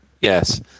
Yes